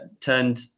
turned